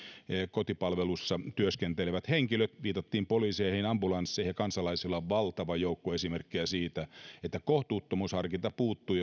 kotipalvelussa työskentelevät henkilöt viitattiin poliiseihin ja ambulansseihin ja kansalaisilla on valtava joukko esimerkkejä siitä että kohtuuttomuusharkinta puuttuu